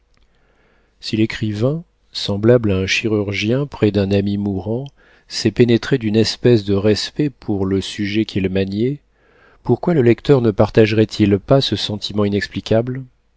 si l'écrivain semblable à un chirurgien près d'un ami mourant s'est pénétré d'une espèce de respect pour le sujet qu'il maniait pourquoi le lecteur ne partagerait il pas ce sentiment inexplicable